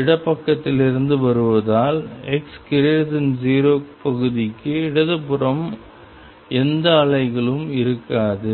இடப்பக்கத்திலிருந்து வருவதால் x0 பகுதிக்கு இடதுபுறம் எந்த அலைகளும் இருக்காது